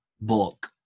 book